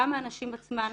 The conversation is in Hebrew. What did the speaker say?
גם מהנשים עצמן,